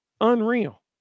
unreal